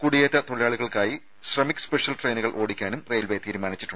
കുടിയേറ്റ തൊഴിലാളികൾക്കായി ശ്രമിക് സ്പെഷ്യൽ ട്രെയിനുകൾ ഓടിക്കാനും റെയിൽവെ തീരുമാനിച്ചിട്ടുണ്ട്